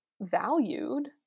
valued